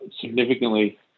significantly